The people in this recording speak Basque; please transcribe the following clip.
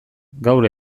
gaur